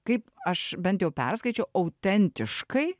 kaip aš bent jau perskaičiau autentiškai